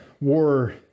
war